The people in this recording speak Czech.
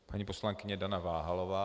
Paní poslankyně Dana Váhalová.